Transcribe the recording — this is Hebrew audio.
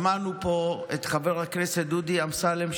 שמענו פה את חבר הכנסת דודי אמסלם,